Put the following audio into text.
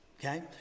Okay